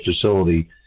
facility